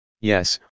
Yes